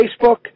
Facebook